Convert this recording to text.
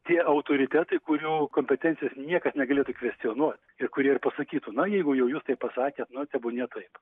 tie autoritetai kurių kompetencijos niekas negalėtų kvestionuoti ir kurie ir pasakytų na jeigu jau jūs taip pasakėt tebūnie taip